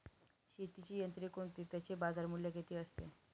शेतीची यंत्रे कोणती? त्याचे बाजारमूल्य किती असते?